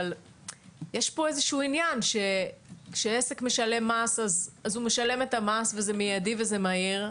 אבל יש פה עניין שכשעסק משלם מס אז הוא משלם את המס וזה מידי וזה מהיר,